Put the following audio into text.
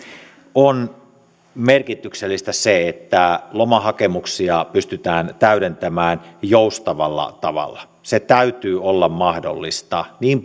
on merkityksellistä että lomahakemuksia pystytään täydentämään joustavalla tavalla sen täytyy olla mahdollista niin